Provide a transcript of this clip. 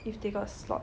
if they got slot